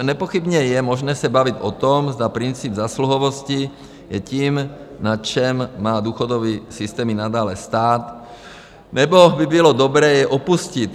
Nepochybně je možné se bavit o tom, zda princip zásluhovosti je tím, na čem má důchodový systém i nadále stát, nebo by bylo dobré jej opustit.